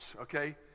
okay